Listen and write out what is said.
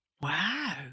Wow